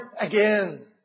again